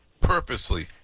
purposely